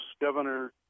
Governor